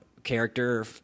character